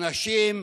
אנשים,